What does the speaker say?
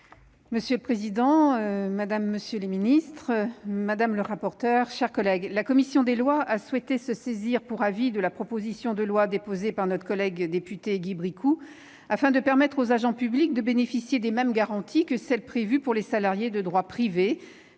Monsieur le président, madame la ministre, monsieur le secrétaire d'État, mes chers collègues, la commission des lois a souhaité se saisir pour avis de la proposition de loi déposée par notre collègue député Guy Bricout, afin de permettre aux agents publics de bénéficier des mêmes garanties que celles qui sont prévues pour les salariés de droit privé,